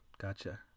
Gotcha